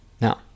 Now